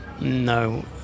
No